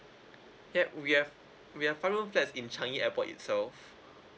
yup we have we have five room flats in changi airport itself